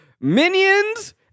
Minions